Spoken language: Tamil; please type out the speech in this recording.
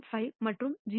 5 மற்றும் 0